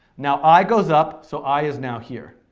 now i goes up, so i is now here.